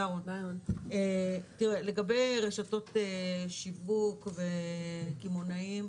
לגבי רשתות שיווק וקמעונאים,